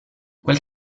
quel